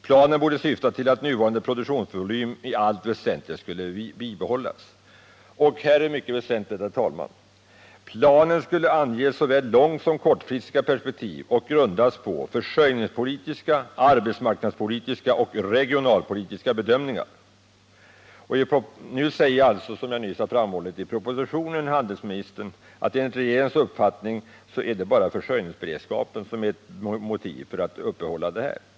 Planen borde syfta till att nuvarande produktionsvolym i allt väsentligt skulle bibehållas.” Och sedan kommer något mycket väsentligt, herr talman: ”Den skulle ange såväl långsom kortfristiga perspektiv och grundas på försörjningspolitiska, arbetsmarknadspolitiska och regionalpolitiska bedömningar.” I propositionen säger handelsministern, som jag nyss framhållit, att det enligt regeringens uppfattning bara är försörjningsberedskapen som kan motivera ett bibehållande av produktionen.